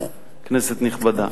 כנסת נכבדה,